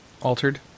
Altered